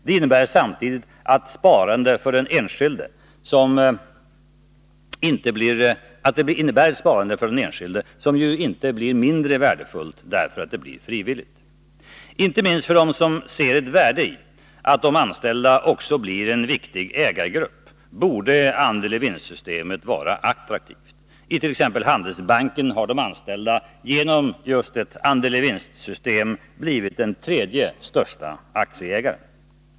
Det innebär samtidigt ett sparande för den enskilde, som inte blir mindre värdefullt därför att det är frivilligt. Inte minst för dem som ser ett värde i att de anställda också blir en viktig ägargrupp borde andel-i-vinst-systemet vara attraktivt. I t.ex. Handelsbanken har de anställda just genom ett andel-i-vinst-system blivit den tredje största aktieägaren.